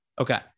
Okay